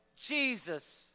Jesus